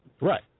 Right